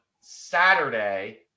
Saturday